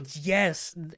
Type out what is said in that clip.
Yes